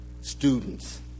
students